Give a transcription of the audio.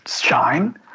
shine